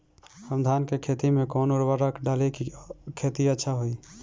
हम धान के खेत में कवन उर्वरक डाली कि खेती अच्छा होई?